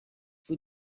faut